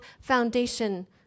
foundation